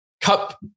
cup